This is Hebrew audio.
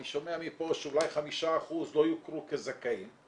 שומע מפה שאולי 5% לא יוכרו כזכאים,